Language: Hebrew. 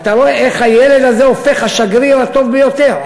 ואתה רואה איך הילד הזה הופך השגריר הטוב ביותר,